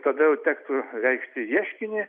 tada jau tektų reikšti ieškinį